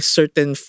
certain